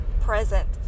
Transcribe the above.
present